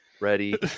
ready